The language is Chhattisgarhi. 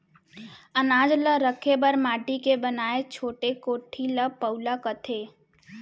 अनाज ल रखे बर माटी के बनाए छोटे कोठी ल पउला कथें